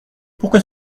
pourquoi